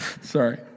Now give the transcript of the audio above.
Sorry